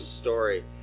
story